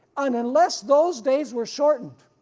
and unless those days were shortened,